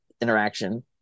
interaction